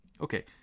Okay